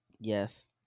yes